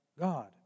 God